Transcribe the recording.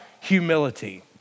humility